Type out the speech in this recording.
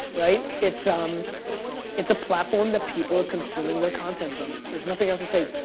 right? it's. um it's a platform that people are consuming their content from. there's nothing else to say.